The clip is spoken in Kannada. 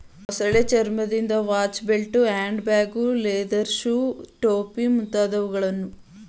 ಮೊಸಳೆ ಚರ್ಮದಿಂದ ವಾಚ್ನ belt, hand bag, leather shoes, ಟೋಪಿ ಮುಂತಾದವುಗಳನ್ನು ತರಯಾರಿಸ್ತರೆ